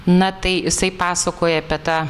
na tai jisai pasakoja apie tą